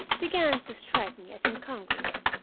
began to strike me as incongruous.